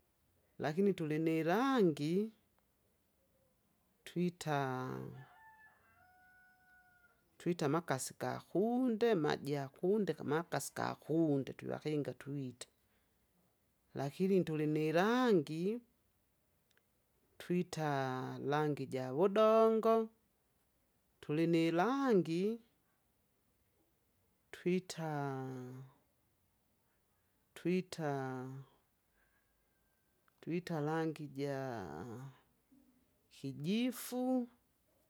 Lakini tulinirangi! twita, twita amakasi gakunde maji yakunde kamakasi gakunde twevakinga tuita. Lakini tulinirangi! twita rangi jawudongo, tulinirangi! twita, twita, twita rangi jaa! kijifu.